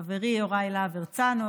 חברי יוראי להב הרצנו,